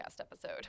episode